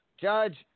Judge